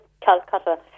Calcutta